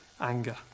anger